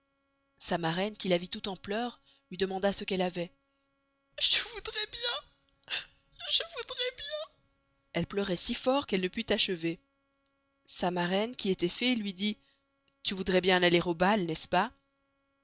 sa maraine qui la vit toute en pleurs luy demanda ce qu'elle avoit je voudrois bien je voudrois bien elle pleuroit si fort qu'elle ne put achever sa maraine qui estoit fée luy dit tu voudrois bien aller au bal n'est-ce pas